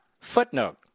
footnote